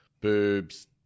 boobs